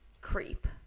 creep